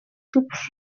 tubs